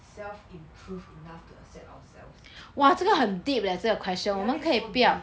self improved enough to accept ourselves ya lor this is so deep